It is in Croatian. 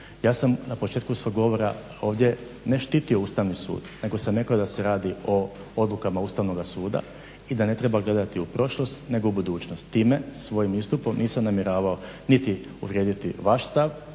Ja sam na početku svog govora ovdje ne štitio Ustavni sud nego sam rekao da se radi o odlukama Ustavnog suda i da ne treba gledati u prošlost nego u budućnost. Time svojim istupom nisam namjeravao niti uvrijediti vaš stav